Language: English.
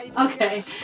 Okay